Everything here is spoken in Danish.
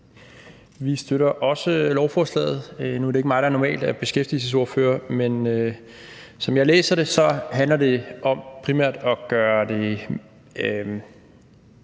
Vi støtter også lovforslaget. Nu er det ikke mig, der normalt er beskæftigelsesordfører, men som jeg læser det, handler det primært om at gøre det